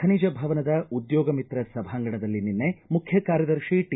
ಖನಿಜ ಭವನದ ಉದ್ಯೋಗ ಮಿತ್ರ ಸಭಾಂಗಣದಲ್ಲಿ ನಿನ್ನೆ ಮುಖ್ಯ ಕಾರ್ಯದರ್ಶಿ ಟಿ